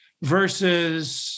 versus